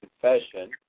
confession